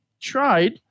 tried